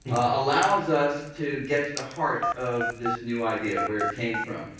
allows us to get to the heart of this new idea, where it came from.